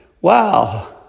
Wow